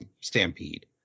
stampede